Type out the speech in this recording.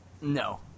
No